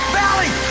valley